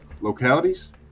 localities